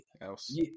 else